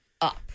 up